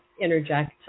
interject